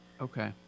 Okay